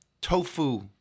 tofu